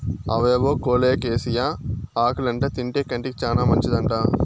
అవేవో కోలోకేసియా ఆకులంట తింటే కంటికి చాలా మంచిదంట